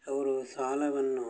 ಅವರು ಸಾಲವನ್ನು